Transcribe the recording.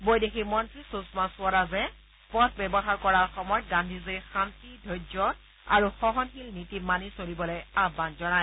বৈদেশিক মন্ত্ৰী সুষমা স্বৰাজে পথ ব্যৱহাৰ কৰাৰ সময়ত গান্ধীজীৰ শান্তি ধৈৰ্য্য আৰু সহনশীল নীতি মানি চলিবলৈ আহান জনায়